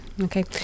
okay